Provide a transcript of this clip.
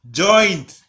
joint